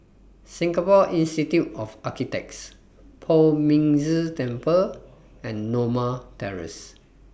Singapore Institute of Architects Poh Ming Tse Temple and Norma Terrace